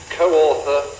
co-author